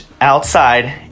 outside